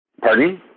Pardon